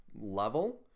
level